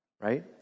Right